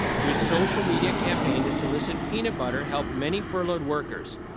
whose social media campaign to solicit peanut butter helped many furloughed workers.